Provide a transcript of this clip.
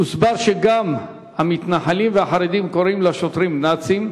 הוסבר שגם המתנחלים והחרדים קוראים לשוטרים "נאצים".